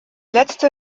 letzte